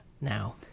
now